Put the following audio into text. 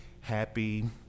happy